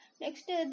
Next